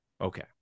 Okay